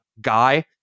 guy